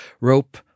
rope